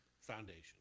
foundation